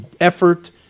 effort